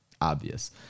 obvious